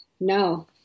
No